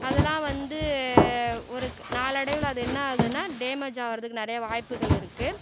அதெல்லாம் வந்து ஒரு நாளடைவில் அது என்ன ஆகுதுன்னால் டேமேஜ் ஆகிறதுக்கு நிறையா வாய்ப்புகள் இருக்குது